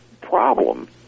problem